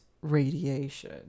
radiation